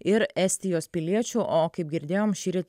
ir estijos piliečių o kaip girdėjom šįryt